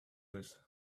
this